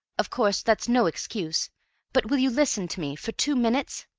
of course that's no excuse but will you listen to me for two minutes?